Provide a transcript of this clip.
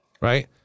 Right